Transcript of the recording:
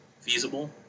feasible